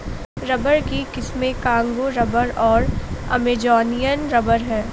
rubber की किस्में Congo rubber और अमेजोनियन रबर हैं